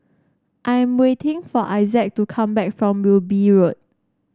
I am waiting for Issac to come back from Wilby Road